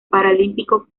paralímpico